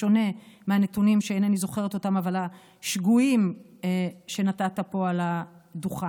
בשונה מהנתונים שאינני זוכרת אותם אבל השגויים שנתת פה על הדוכן.